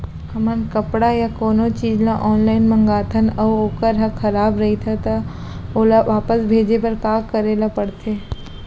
हमन कपड़ा या कोनो चीज ल ऑनलाइन मँगाथन अऊ वोकर ह खराब रहिये ता ओला वापस भेजे बर का करे ल पढ़थे?